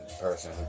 person